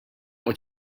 what